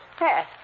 Yes